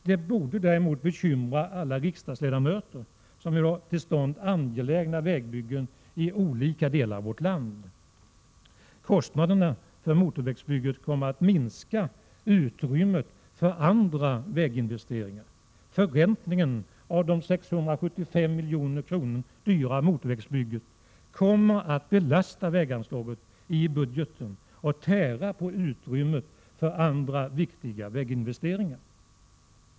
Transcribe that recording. Detta borde däremot bekymra alla riksdagsledamöter som vill ha till stånd angelägna vägbyggen i olika delar av Prot. 1987/88:123 vårt land. Kostnaderna för motorvägsbygget medför att utrymmet för andra 19 maj 1988 väginvesteringar kommer att minska. Förräntningen av de 675 milj.kr. som det dyra motorvägsbygget beräknas kosta kommer att belasta väganslaget i budgeten och tära på utrymmet för andra angelägna väginvesteringar.